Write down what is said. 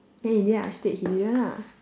then in the end I stayed he didn't lah